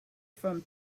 from